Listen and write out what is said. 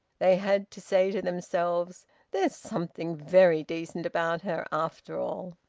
they had to say to themselves there's something very decent about her, after all.